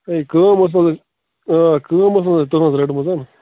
A کٲم ٲس نا کٲم ٲس نا مےٚ تُہٕنٛز رٔٹمٕژ